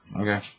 Okay